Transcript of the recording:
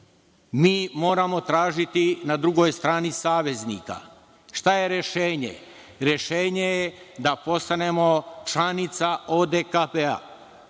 Mi moramo tražiti na drugoj strani saveznika. Šta je rešenje? Rešenje je da postanemo članica ODKB-a.